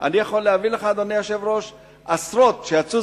אני יכול להציג בפניך עשרות שיצאו